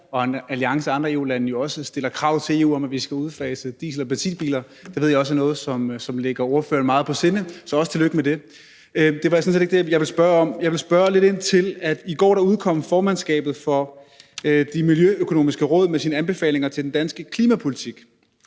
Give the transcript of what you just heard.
og en alliance af andre EU-lande også stiller krav til EU om, at vi skal udfase diesel- og benzinbiler. Det ved jeg også er noget, som ligger ordføreren meget på sinde. Så også tillykke med det. Det var sådan set ikke det, jeg ville spørge om. Det, jeg ville spørge lidt ind til, handler om, at formandskabet for Det Miljøøkonomiske Råd i går udkom med sine anbefalinger til den danske klimapolitik,